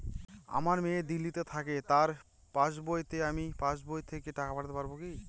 আমার মেয়ে দিল্লীতে থাকে তার পাসবইতে আমি পাসবই থেকে টাকা পাঠাতে পারব কি?